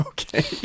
Okay